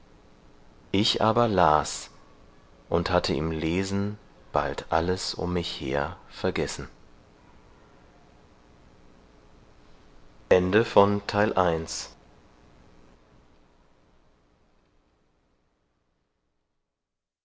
ich aber las und hatte im lesen bald alles um mich her vergessen